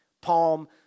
Palm